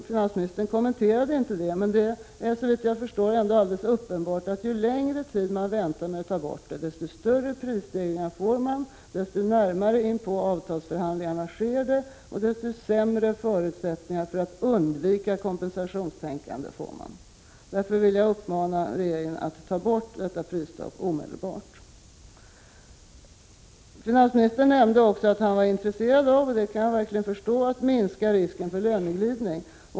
Finansministern gjorde ingen kommentar, men det är, såvitt jag förstår, alldeles uppenbart att ju längre tid man väntar med att ta bort prisstoppet desto större blir prisstegringarna, desto närmare in på avtalsförhandlingarna sker det och desto sämre blir förutsättningarna att man skall kunna undvika ett kompensationstänkande. Därför vill jag uppmana regeringen att omedelbart ta bort prisstoppet. Finansministern nämnde också att han var intresserad av — och det kan jag verkligen förstå — att minska risken för löneglidning.